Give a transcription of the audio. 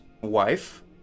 wife